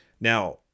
Now